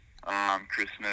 Christmas